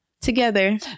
together